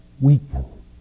weaken